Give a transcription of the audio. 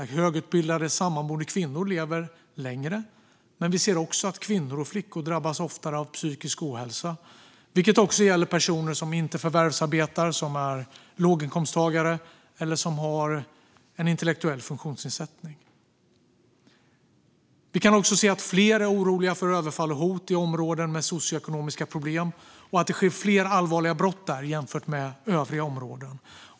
Högutbildade, sammanboende kvinnor lever längre. Men kvinnor och flickor drabbas också oftare av psykisk ohälsa. Det gäller också personer som inte förvärvsarbetar, som är låginkomsttagare eller som har en intellektuell funktionsnedsättning. Vi kan också se att fler är oroliga för överfall och hot i områden med socioekonomiska problem och att det sker fler allvarliga brott där jämfört med i övriga områden.